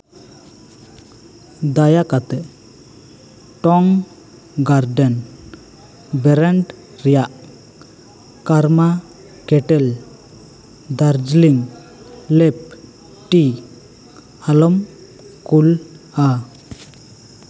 ᱫᱟᱭᱟ ᱠᱟᱛᱮᱜ ᱴᱚᱝ ᱜᱟᱨᱰᱮᱱ ᱵᱮᱨᱮᱱᱴ ᱨᱮᱭᱟᱜ ᱠᱟᱨᱢᱟ ᱠᱮᱴᱮᱞ ᱫᱟᱨᱡᱤᱞᱤᱝ ᱞᱮᱯ ᱴᱤ ᱟᱞᱚᱢ ᱠᱩᱞᱼᱟ